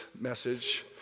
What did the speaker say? message